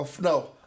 No